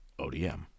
ODM